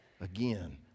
again